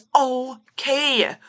okay